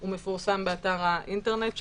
הוא מפורסם באתר האינטרנט שלנו.